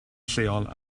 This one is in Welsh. lleol